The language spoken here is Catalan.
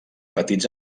petits